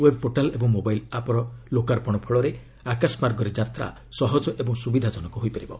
ଏହି web portal ଏବଂ mobile ଆପ୍ର ଲୋପାର୍ପଣ ଫଳରେ ଆକାଶମାର୍ଗରେ ଯାତ୍ରା ସହଜ ଏବଂ ସୁବିଧାଜନକ ହୋଇପାରିବ